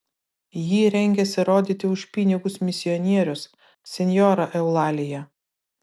jį rengiasi rodyti už pinigus misionierius senjora eulalija